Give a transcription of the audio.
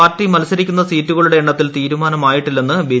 party മത്സരിക്കുന്ന സീറ്റുകളുടെ എണ്ണത്തിൽ തീരുമാനമായിട്ടില്ലെനന് ബി